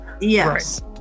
Yes